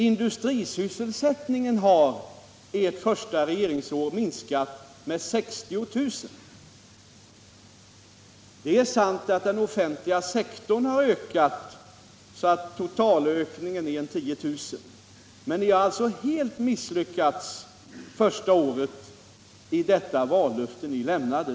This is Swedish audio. Industrisysselsättningen har under ert första regeringsår minskat med 60 000 arbetstillfällen. Det är sant att den offentliga sektorn har ökat, så att totalökningen är ca 10 000. Men ni har alltså helt misslyckats under första året med att uppfylla det vallöfte ni lämnade.